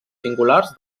singulars